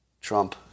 Trump